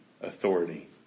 authority